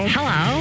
Hello